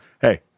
hey